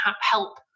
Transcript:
help